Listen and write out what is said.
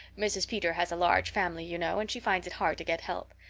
mrs. peter has a large family, you know, and she finds it hard to get help.